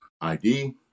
ID